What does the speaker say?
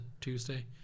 Tuesday